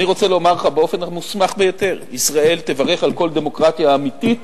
אני רוצה לומר לך באופן המוסמך ביותר: ישראל תברך על כל דמוקרטיה אמיתית